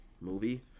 movie